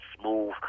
Smooth